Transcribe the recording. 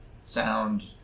sound